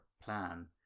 plan